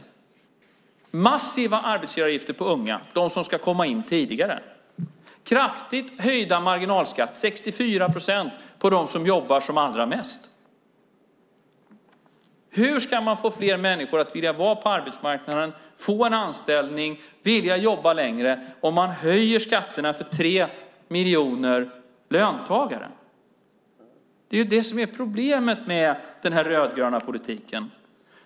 Det är massiva arbetsgivaravgifter för unga - de som ska komma in tidigare. Det är kraftigt höjda marginalskatter - 64 procent för dem som jobbar som allra mest. Hur ska man få fler människor att vilja vara på arbetsmarknaden, få en anställning och vilja jobba längre om man höjer skatterna för tre miljoner löntagare? Det är detta som är problemet med den rödgröna politiken.